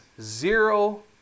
zero